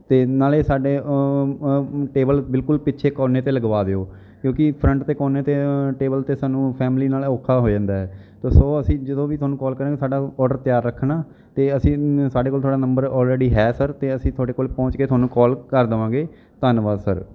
ਅਤੇ ਨਾਲੇ ਸਾਡੇ ਟੇਬਲ ਬਿਲਕੁਲ ਪਿੱਛੇ ਕੋਨੇ 'ਤੇ ਲਗਵਾ ਦਿਓ ਕਿਉਂਕਿ ਫਰੰਟ 'ਤੇ ਕੋਨੇ 'ਤੇ ਟੇਬਲ 'ਤੇ ਸਾਨੂੰ ਫੈਮਲੀ ਨਾਲ ਔਖਾ ਹੋ ਜਾਂਦਾ ਹੈ ਤੋ ਸੋ ਅਸੀਂ ਜਦੋਂ ਵੀ ਤੁਹਾਨੂੰ ਕਾਲ ਕਰਾਂਗੇ ਸਾਡਾ ਆਰਡਰ ਤਿਆਰ ਰੱਖਣਾ ਅਤੇ ਅਸੀਂ ਸਾਡੇ ਕੋਲ ਤੁਹਾਡਾ ਨੰਬਰ ਆਲਰੇਡੀ ਹੈ ਸਰ ਅਤੇ ਅਸੀਂ ਤੁਹਾਡੇ ਕੋਲ ਪਹੁੰਚ ਕੇ ਤੁਹਾਨੂੰ ਕਾਲ ਕਰ ਦੇਵਾਂਗੇ ਧੰਨਵਾਦ ਸਰ